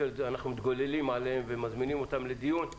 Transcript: מתגוללים עליהם על הבוקר ומזמינים אותם לדיון.